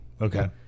Okay